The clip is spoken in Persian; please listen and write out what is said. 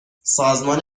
سازمان